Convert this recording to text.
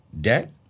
Debt